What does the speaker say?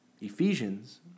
Ephesians